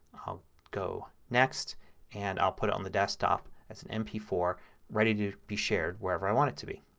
i'll go next and i'll put it on the desktop as a m p four ready to be shared wherever i want it to be.